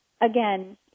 again